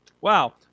Wow